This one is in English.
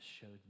showed